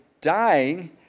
dying